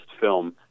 film